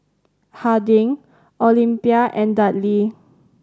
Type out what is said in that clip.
Harding Olympia and Dudley